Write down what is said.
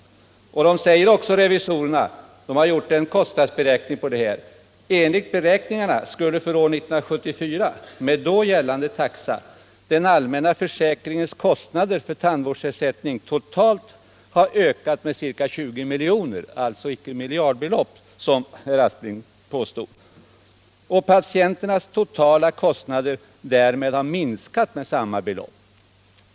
Revisorerna säger också, sedan de gjort en kostnadsberäkning: Enligt beräkningarna skulle för år 1974 med då gällande taxa den allmänna försäkringens kostnader för tandvårdsersättning totalt ha ökat med ca 20 milj.kr. — det är således icke miljardbelopp, som herr Aspling påstod — och patienternas totala kostnader därmed ha minskat med samma belopp.